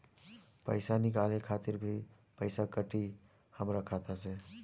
पईसा निकाले खातिर भी पईसा कटी हमरा खाता से?